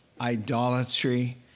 idolatry